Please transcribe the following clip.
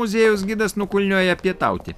muziejaus gidas nukulniuoja pietauti